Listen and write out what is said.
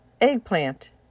Eggplant